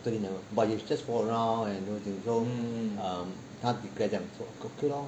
totally never but you just walk around and know so um 他 declare 这样做 okay lor